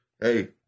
Hey